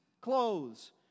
clothes